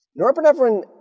Norepinephrine